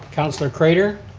councilor craitor?